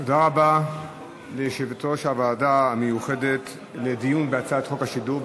תודה רבה ליושבת-ראש הוועדה המיוחדת לדיון בהצעת חוק השידור.